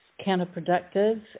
Counterproductive